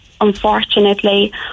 unfortunately